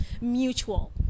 mutual